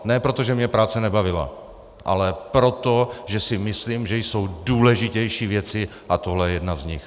Ne proto, že mě práce nebavila, ale proto, že si myslím, že jsou důležitější věci, a tohle je jedna z nich.